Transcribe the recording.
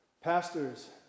Pastors